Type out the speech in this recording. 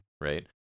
right